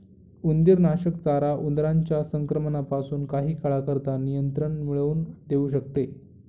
उंदीरनाशक चारा उंदरांच्या संक्रमणापासून काही काळाकरता नियंत्रण मिळवून देऊ शकते